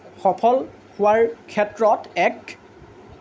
সফল হোৱাৰ ক্ষেত্ৰত এক